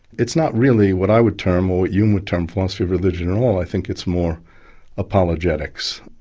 it's not really what i would term or you um would term philosophy of religion at all, i think it's more apologetics.